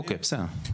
אוקיי, בסדר.